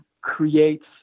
creates